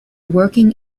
working